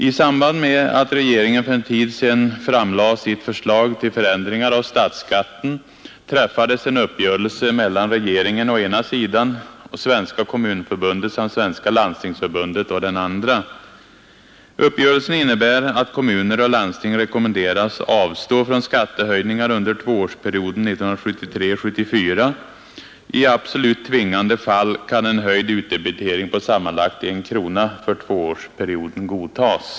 I samband med att regeringen för en tid sedan framlade sitt förslag till förändringar av statsskatten träffades en uppgörelse mellan regeringen å ena sidan och Svenska kommunförbundet samt Svenska landstingsförbundet å den andra. Uppgörelsen innebär att kommuner och landsting rekommenderas avstå från skattehöjningar under tvåårsperioden 1973-1974. I absolut tvingande fall kan en höjd utdebitering på sammanlagt 1 krona för tvåårsperioden godtas.